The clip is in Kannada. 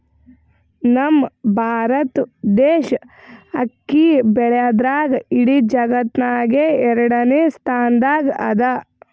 ನಮ್ ಭಾರತ್ ದೇಶ್ ಅಕ್ಕಿ ಬೆಳ್ಯಾದ್ರ್ದಾಗ್ ಇಡೀ ಜಗತ್ತ್ನಾಗೆ ಎರಡನೇ ಸ್ತಾನ್ದಾಗ್ ಅದಾ